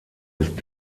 ist